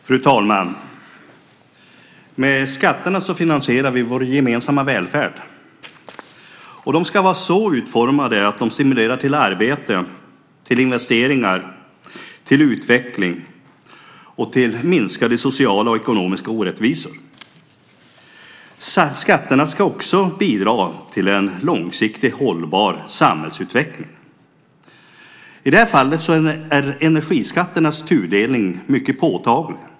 Fru talman! Med skatterna finansierar vi vår gemensamma välfärd. Skatterna ska vara så utformade att de stimulerar till arbete, investeringar, utveckling och minskade sociala och ekonomiska orättvisor. Skatterna ska också bidra till en långsiktigt hållbar samhällsutveckling. Energiskatternas tudelning är mycket påtaglig.